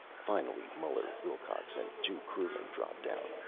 finally, muller, wilcox, and two crewmen dropped out.